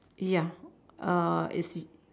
ya uh it's